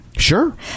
Sure